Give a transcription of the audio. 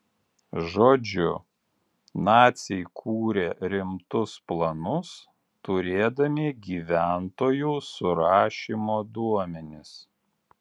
žodžiu naciai kūrė rimtus planus turėdami gyventojų surašymo duomenis